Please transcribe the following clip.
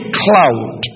cloud